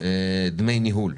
דמי ניהול.